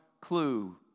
clue